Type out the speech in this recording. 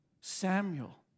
Samuel